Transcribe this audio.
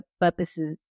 purposes